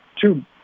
two